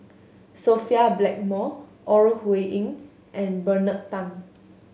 Sophia Blackmore Ore Huiying and Bernard Tan